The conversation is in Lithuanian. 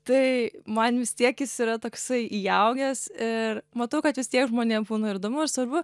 tai man vis tiek jis yra toksai įaugęs ir matau kad vis tiek žmonėm būna įdomu ir svarbu